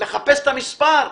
לחפש את המספר,